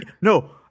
No